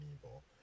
evil